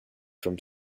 from